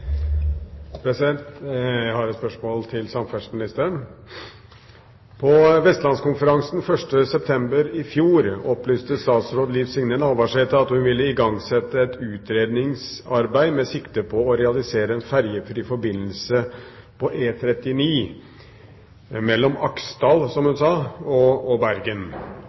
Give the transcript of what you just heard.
til samferdselsministeren: «På Vestlandskonferansen 1. september i fjor opplyste statsråd Liv Signe Navarsete at hun ville igangsette et utredningsarbeid med sikte på å realisere en ferjefri forbindelse på E39, mellom Aksdal